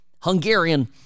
Hungarian